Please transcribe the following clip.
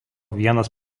vienas